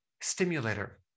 stimulator